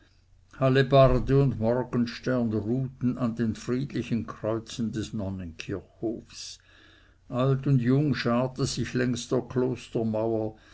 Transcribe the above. tränken hallebarde und morgenstern ruhten an den friedlichen kreuzen des nonnenkirchhofs alt und jung scharte sich längs der